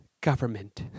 government